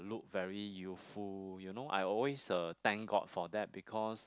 look very youthful you know I always uh thank God for that because